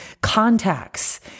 contacts